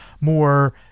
more